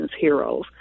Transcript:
heroes